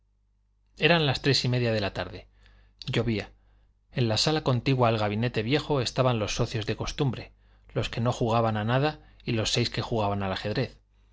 eran las tres y media de la tarde llovía en la sala contigua al gabinete viejo estaban los socios de costumbre los que no jugaban a nada y los seis que jugaban al ajedrez